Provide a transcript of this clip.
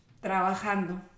trabajando